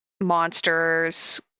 monsters